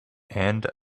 and